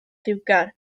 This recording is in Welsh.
lliwgar